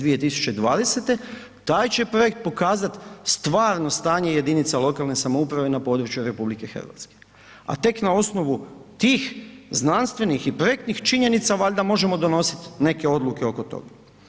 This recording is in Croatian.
2020., taj će projekt pokazati stvarno stanje jedinica lokalne samouprave na području RH a tek na osnovu tih znanstvenih i projektnih činjenica valjda možemo donositi neke odluke oko toga.